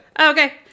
Okay